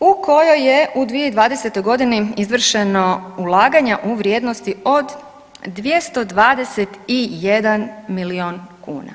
u kojoj je u 2020. godini izvršeno ulaganja u vrijednosti od 221 milijun kuna.